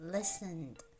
Listened